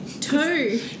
two